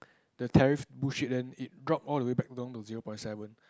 the tariff bullshit then it drop all the way back down to zero point seven